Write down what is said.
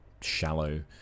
shallow